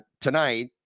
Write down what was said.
tonight